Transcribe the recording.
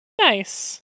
nice